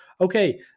Okay